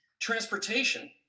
Transportation